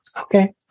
Okay